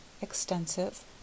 extensive